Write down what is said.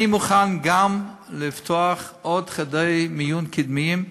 אני מוכן גם לפתוח עוד חדרי מיון קדמיים,